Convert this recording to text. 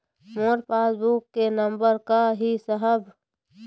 मोर passbook के number का ही साहब?